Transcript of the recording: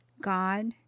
God